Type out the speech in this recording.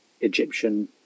Egyptian